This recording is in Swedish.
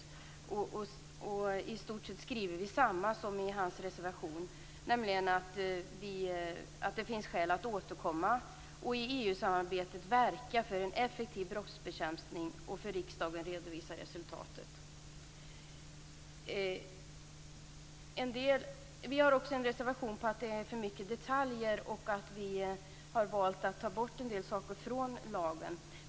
Vi skriver i stort sett detsamma som står i hans reservation, nämligen att det finns skäl för regeringen att i EU-samarbetet verka för en effektiv brottsbekämpning och att återkomma och redovisa resultatet för riksdagen. Det finns också en reservation som handlar om att det är för många detaljer och om att vi har valt att ta bort en del saker från lagen.